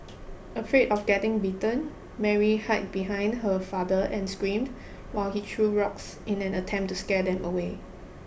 afraid of getting bitten Mary hid behind her father and screamed while he threw rocks in an attempt to scare them away